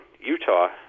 Utah